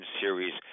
series